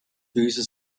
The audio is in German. füße